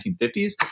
1950s